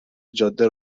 جاده